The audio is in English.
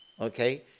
Okay